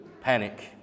panic